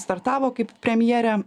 startavo kaip premjerė